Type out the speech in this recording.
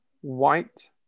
White